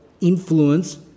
influence